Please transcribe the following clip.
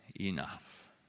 enough